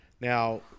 Now